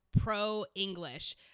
pro-English